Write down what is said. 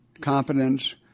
competence